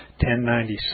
1096